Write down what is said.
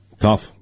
Tough